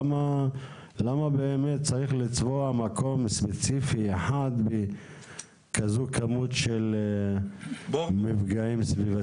למה צריך לצבוע מקום ספציפי בכזאת כמות של מפגעים סביבתיים?